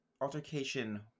altercation